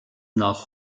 nach